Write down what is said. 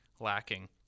lacking